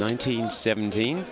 nineteen sevent